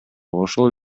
ошол